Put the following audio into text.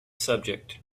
subject